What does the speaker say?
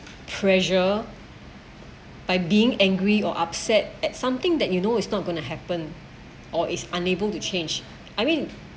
pressure by being angry or upset at something that you know it's not going to happen or is unable to change I mean